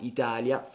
Italia